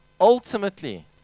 ultimately